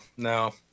No